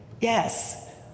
Yes